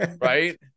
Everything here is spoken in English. Right